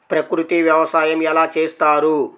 ప్రకృతి వ్యవసాయం ఎలా చేస్తారు?